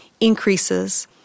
increases